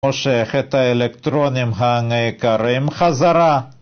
מושך את האלקטרונים הנעקרים, חזרה